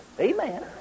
Amen